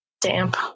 damp